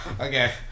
Okay